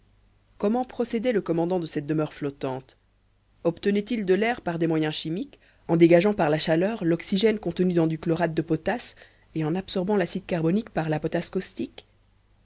comment procédait le commandant de cette demeure flottante obtenait il de l'air par des moyens chimiques en dégageant par la chaleur l'oxygène contenu dans du chlorate de potasse et en absorbant l'acide carbonique par la potasse